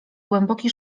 głęboki